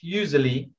usually